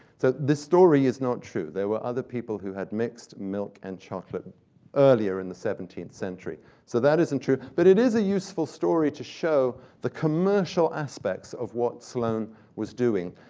so this story is not true. there were other people who had mixed milk and chocolate earlier in the seventeenth century. so that isn't true, but it is a useful story to show the commercial aspects of what sloane was doing.